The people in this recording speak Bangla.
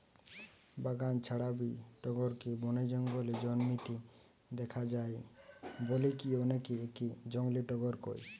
বাগান ছাড়াবি টগরকে বনে জঙ্গলে জন্মিতে দেখা যায় বলিকি অনেকে একে জংলী টগর কয়